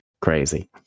Crazy